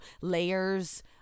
layers